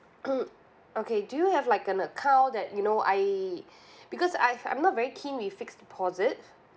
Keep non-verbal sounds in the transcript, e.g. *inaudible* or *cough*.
*noise* okay do you have like an account that you know I because I've I'm not very keen with fixed deposit